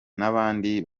n’abandi